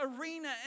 arena